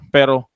Pero